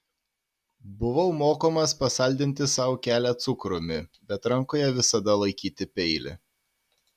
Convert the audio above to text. buvau mokomas pasaldinti sau kelią cukrumi bet rankoje visada laikyti peilį